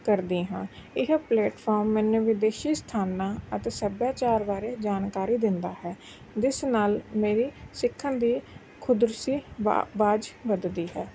ਕਰਦੀ ਹਾਂ ਇਹ ਪਲੇਟਫਾਰਮ ਮੈਨੂੰ ਵਿਦੇਸ਼ੀ ਸਥਾਨਾਂ ਅਤੇ ਸੱਭਿਆਚਾਰ ਬਾਰੇ ਜਾਣਕਾਰੀ ਦਿੰਦਾ ਹੈ ਜਿਸ ਨਾਲ ਮੇਰੀ ਸਿੱਖਣ ਦੀ ਖੁਦਰੁਸੀ ਵਾ ਵਾਜ ਵਧਦੀ ਹੈ